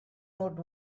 note